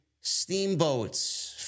Steamboats